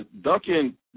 Duncan